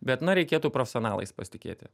bet na reikėtų profesionalais pasitikėti